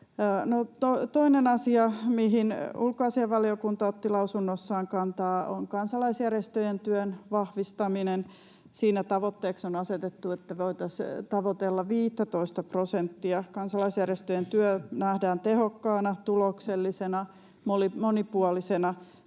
toinen asia, mihin ulkoasiainvaliokunta otti lausunnossaan kantaa, on kansalaisjärjestöjen työn vahvistaminen. Siinä tavoitteeksi on asetettu, että voitaisiin tavoitella 15:tä prosenttia. Kansalaisjärjestöjen työ nähdään tehokkaana, tuloksellisena ja monipuolisena,